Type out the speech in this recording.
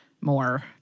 More